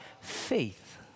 faith